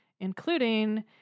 including